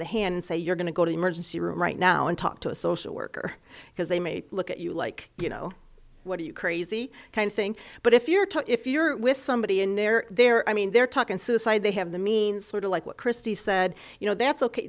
hand and say you're going to go to emergency room right now and talk to a social worker because they may look at you like you know what are you crazy kind of thing but if you're to if you're with somebody in there they're i mean they're talking suicide they have the means sort of like what christie said you know that's ok